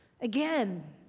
again